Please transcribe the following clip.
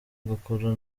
agakora